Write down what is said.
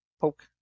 poke